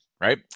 right